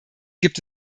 gibt